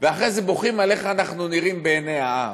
ואחרי כן בוכים על איך אנחנו נראים בעיני העם.